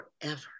forever